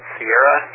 Sierra